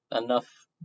enough